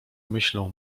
myślą